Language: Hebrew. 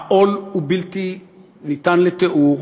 העול הוא בלתי ניתן לתיאור.